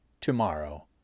tomorrow